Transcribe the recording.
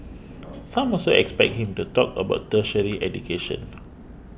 some also expect him to talk about tertiary education